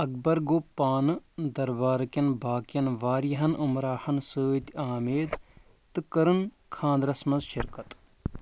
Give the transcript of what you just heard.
اکبر گوٚو پانہٕ دربارٕکٮ۪ن باقِیَن وارِیاہن عمراہن سۭتۍ آمیر تہٕ كٔرٕن خانٛدرس منز شِركت